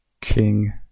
King